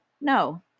No